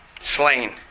Slain